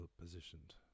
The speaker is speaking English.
positioned